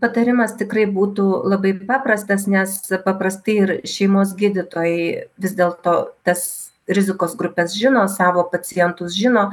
patarimas tikrai būtų labai paprastas nes paprastai ir šeimos gydytojai vis dėl to tas rizikos grupes žino savo pacientus žino